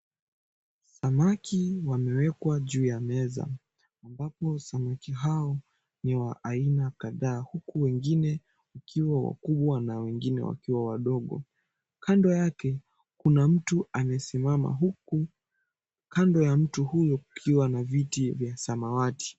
Samaki wamewekwa juu ya meza, ambapo samaki hao ni wa aina kadhaa, huku wengine wakiwa wakubwa na wengine wakiwa wadogo. Kando yake kuna mtu amesimama, huku kando ya mtu huyo kukiwa na viti vya samawati.